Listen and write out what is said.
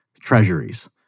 treasuries